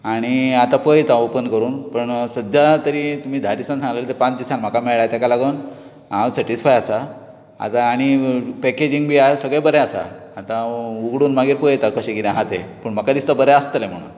आनी आता पळयतां ओपन करून पूण सद्द्या तरी तुमी धा दिसान सांगलेले ते पाच दिसांन म्हाका मेळ्ळे तेका लागून हांव सॅटिसफाय आसा आता आनी पॅकॅजींग बी हा सगळें बरें आसा आता उगडून मागीर पळयता कशें कितें हां तें पूण म्हाका दिसता बरें आसतले म्हणून